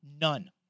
None